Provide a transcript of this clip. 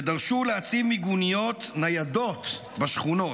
ודרשו להציב מיגוניות ניידות בשכונות.